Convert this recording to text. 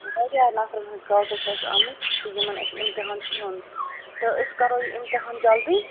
واریاہ نفرَن ہِنٛدۍ کاکَد چھِ اَسہِ آمٕتۍ تہٕ یِمن اَسہِ اِمتِحان چھِ ہیوٚن تہٕ أسۍ کَرو یہِ اِمتِحان جَلدی